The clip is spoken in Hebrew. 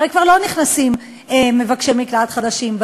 הרי כבר לא נכנסים מבקשי מקלט חדשים,